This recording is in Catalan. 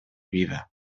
vida